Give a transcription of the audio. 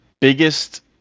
biggest